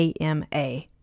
AMA